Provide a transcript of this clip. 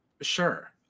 Sure